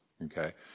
Okay